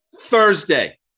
Thursday